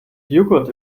joghurt